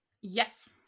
Yes